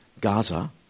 Gaza